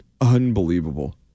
Unbelievable